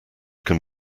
can